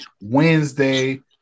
Wednesday